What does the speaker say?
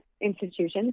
institutions